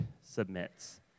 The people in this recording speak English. submits